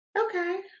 okay